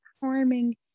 harming